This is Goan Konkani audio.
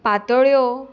पातोळ्यो